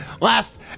last